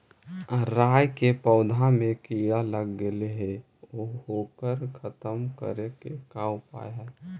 राई के पौधा में किड़ा लग गेले हे ओकर खत्म करे के का उपाय है?